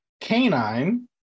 canine